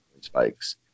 spikes